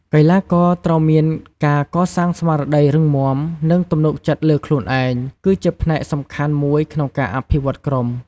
កីទ្បាករត្រូវមានការកសាងស្មារតីរឹងមាំ និងទំនុកចិត្តលើខ្លួនឯងគឺជាផ្នែកសំខាន់មួយក្នុងការអភិវឌ្ឍន៍ក្រុម។